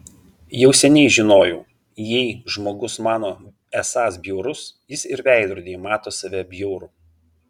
jau seniai žinojau jei žmogus mano esąs bjaurus jis ir veidrodyje mato save bjaurų